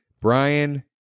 Brian